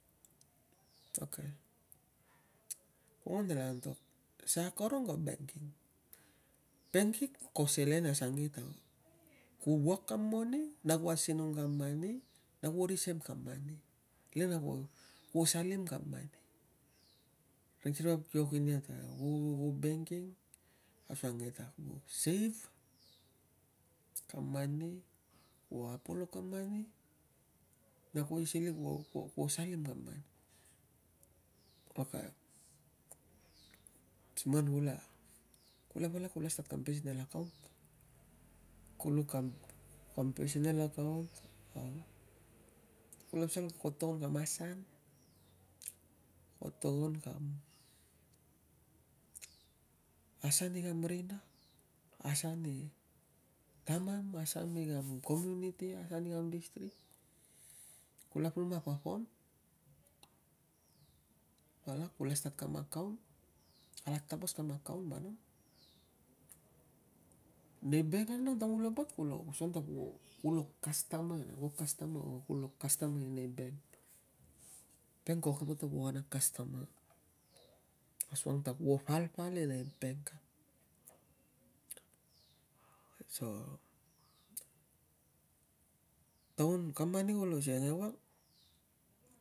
Ok, val ina tala an tok, sa a korong ko banking? Banking ko selen asuang ke ta, ku wok kam moni, na ku asinung kam mani, na kuo reserve kam mani, le na kuo salim kam mani, kuo a- poluk kam mani, na kuo easily kuo, kuo salim kam mani. Ok, siman kula kula palak kula stat kam personal account, kuluk kam, kam, personal accoutn, kula pasal ko to ngon kam asan ikam rina, asan i ta taman, asan ikam community, asan ikain district. Kula pulu mam a form, palak kula stat kam account, kala stat kam account vanag. Nei bank ang taun kulo buat nang, kuo customer or kulo cusotmer inai bank. Bank pal inai bank. Asung ta kuo pal bank. So taun kam mani ko lo siang e wang.